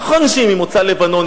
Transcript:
נכון שהיא ממוצא לבנוני,